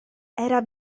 era